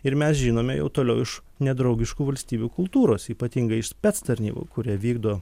ir mes žinome jau toliau iš nedraugiškų valstybių kultūros ypatingai iš spec tarnybų kurie vykdo